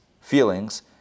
feelings